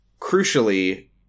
Crucially